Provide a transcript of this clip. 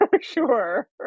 sure